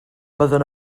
byddwn